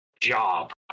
job